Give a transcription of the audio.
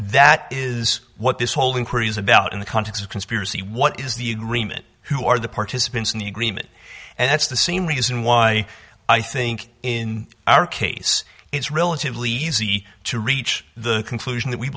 that is what this whole inquiries about in the context of conspiracy what is the agreement who are the participants in the agreement and that's the same reason why i think in our case it's relatively easy to reach the conclusion that we